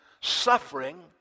suffering